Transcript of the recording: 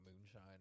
moonshine